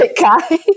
guy